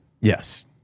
Yes